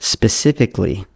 Specifically